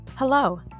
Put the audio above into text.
Hello